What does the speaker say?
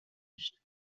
داشت